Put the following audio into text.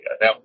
Now